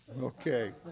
Okay